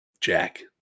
Jack